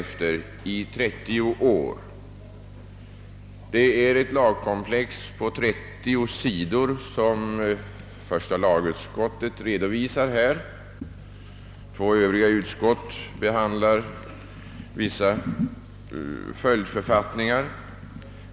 Första lagutskottet redovisar lagkomplexet på 30 sidor i sitt utlåtande, och två andra utskott behandlar vissa följdförfattningar.